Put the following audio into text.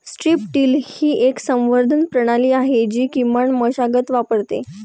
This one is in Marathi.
स्ट्रीप टिल ही एक संवर्धन प्रणाली आहे जी किमान मशागत वापरते